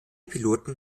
piloten